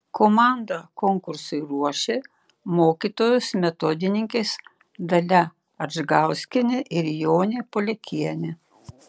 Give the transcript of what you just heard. komandą konkursui ruošė mokytojos metodininkės dalia adžgauskienė ir jonė poliakienė